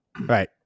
Right